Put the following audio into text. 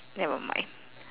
never mind